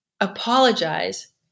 apologize